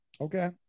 Okay